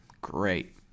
great